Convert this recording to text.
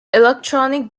electronic